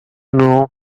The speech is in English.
know